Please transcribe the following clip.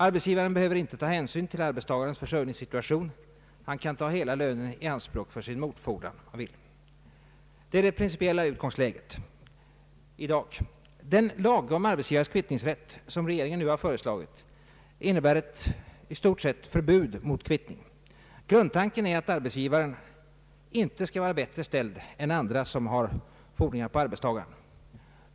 Arbetsgivaren behöver inte ta hänsyn till arbetstagarens försörjningssituation. Han kan ta hela lönen i anspråk för sin motfordran. Det är det principiella utgångsläget i dag. Den lag om arbetsgivares kvittningsrätt som regeringen nu har föreslagit innebär i stort sett ett förbud mot kvittning. Grundtanken är att arbetsgivaren inte skall vara bättre ställd än andra som har fordringar på arbetstagaren.